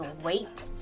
wait